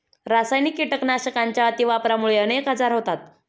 रासायनिक कीटकनाशकांच्या अतिवापरामुळे अनेक आजार होतात